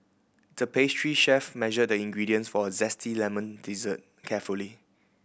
the pastry chef measured the ingredients for a zesty lemon dessert carefully